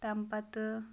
تَمہِ پَتہٕ